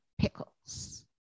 pickles